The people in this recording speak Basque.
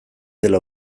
dela